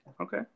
Okay